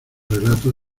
relato